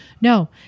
No